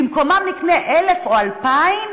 במקומן נקנה 1,000 או 2,000,